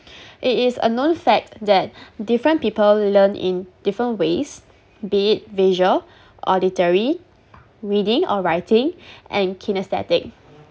it is a known fact that different people learn in different ways be it visual auditory reading or writing and kinestatic